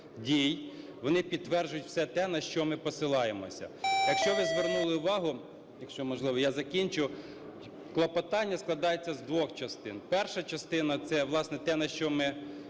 дій, вони підтверджують все те, на що ми посилаємося. Якщо ви звернули увагу… (якщо можливо, я закінчу). Клопотання складається з двох частин. Перша частина – це, власне, те, на що ми… те, що